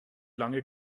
lange